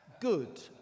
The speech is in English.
good